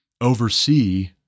oversee